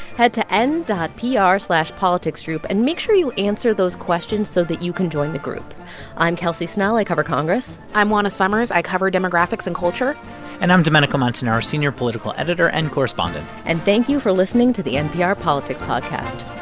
head to n pr politicsgroup, and make sure you answer those questions so that you can join the group i'm kelsey snell. i cover congress i'm juana summers. i cover demographics and culture and i'm domenico montanaro, senior political editor and correspondent and thank you for listening to the npr politics podcast